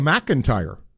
McIntyre